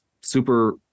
super